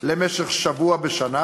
למשך שבוע בשנה,